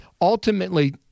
Ultimately